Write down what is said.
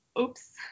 oops